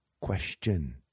question